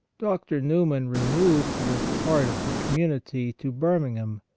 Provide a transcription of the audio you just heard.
dr. newman removed with part of the community to birmingham,